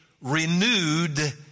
renewed